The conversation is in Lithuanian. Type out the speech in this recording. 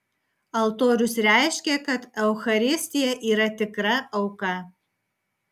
altorius reiškė kad eucharistija yra tikra auka